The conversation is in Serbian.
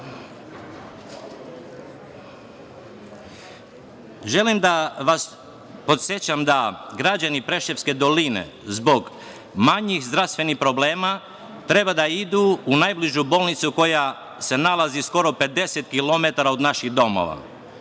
želim da vas podsetim da građani Preševske doline zbog manjih zdravstvenih problema treba da idu u najbližu bolnicu koja se nalazi skoro 50 kilometara od naših domova,